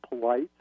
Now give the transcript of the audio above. polite